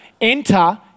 Enter